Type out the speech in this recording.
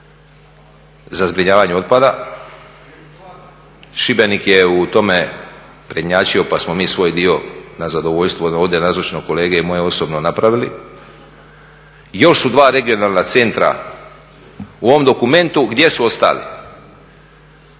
za zbrinjavanja otpada. Šibenik je u tome prednjačio pa smo mi svoj dio na zadovoljstvo ovdje nazočnog kolege i moje osobno napravili, još su dva regionalna centra u ovom dokumentu gdje su ostali.